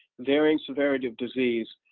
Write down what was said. varying severity of disease.